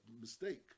mistake